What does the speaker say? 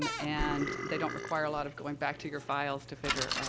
um and they don't require a lot of going back to your files to figure, ah,